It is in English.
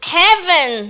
heaven